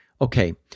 Okay